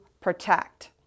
protect